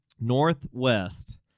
Northwest